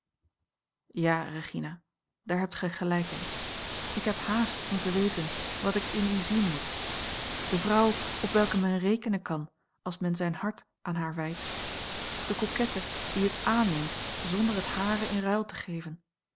ja regina daar hebt gij gelijk in ik heb haast om te weten wat ik in u zien moet de vrouw op welke men rekenen kan als mijn zijn hart aan haar wijdt of de coquette die het aanneemt zonder het hare in ruil te geven